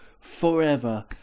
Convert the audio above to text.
forever